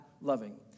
loving